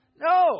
No